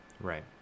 Right